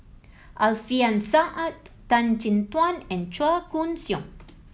Alfian Sa'at Tan Chin Tuan and Chua Koon Siong